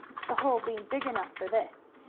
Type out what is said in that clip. the hole being big enough for this.